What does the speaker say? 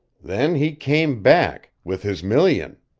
then he came back with his million.